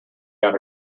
got